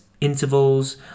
intervals